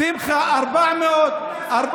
אתה אמור להסביר למה אתה מתנגד לחוק.